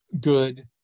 good